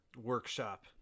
Workshop